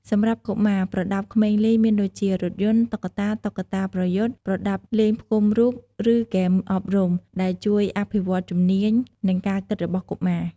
សម្រាប់កុមារប្រដាប់ក្មេងលេងមានដូចជា រថយន្ត តុក្កតា តុក្កតាប្រយុទ្ធ ប្រដាប់លេងផ្គុំរូប ឬហ្គេមអប់រំ ដែលជួយអភិវឌ្ឍជំនាញ និងការគិតរបស់កុមារ។